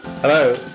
Hello